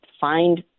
find